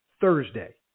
Thursday